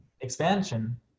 Expansion